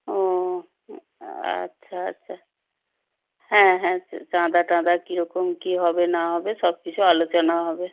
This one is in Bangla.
ও আচ্ছা আচ্ছা হ্যাঁ হ্যাঁ চাঁদা টাঁদা কীরকম কী হবে না হবে সব কিছু আলোচনা হবে